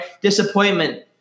Disappointment